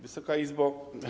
Wysoka Izbo!